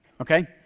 okay